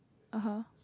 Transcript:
ah [huh]